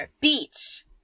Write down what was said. beach